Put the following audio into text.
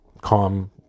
calm